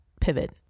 pivot